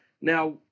Now